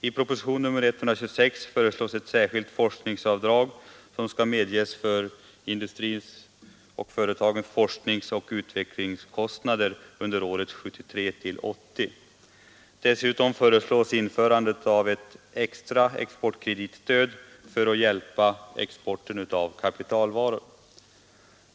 I propositionen 126 föreslås ett särskilt forskningsavdrag som skall medges för industriföretagens forskningsoch utvecklingskostnader under åren 1973—1980. Dessutom föreslås införandet av ett extra exportkreditstöd för att främja exporten av kapitalvaror.